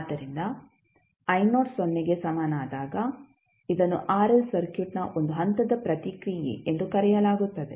ಆದ್ದರಿಂದ ಸೊನ್ನೆಗೆ ಸಮನಾದಾಗ ಇದನ್ನು ಆರ್ಎಲ್ ಸರ್ಕ್ಯೂಟ್ನ ಒಂದು ಹಂತದ ಪ್ರತಿಕ್ರಿಯೆ ಎಂದು ಕರೆಯಲಾಗುತ್ತದೆ